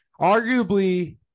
arguably